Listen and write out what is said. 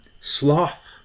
sloth